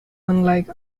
unlike